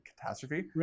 catastrophe